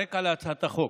הרקע להצעת החוק: